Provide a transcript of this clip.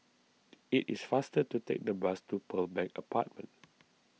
it is faster to take the bus to Pearl Bank Apartment